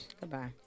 Goodbye